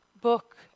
book